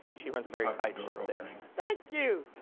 she runs a very tight ship there. thank you!